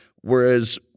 Whereas